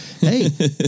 hey